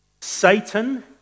Satan